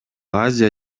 азия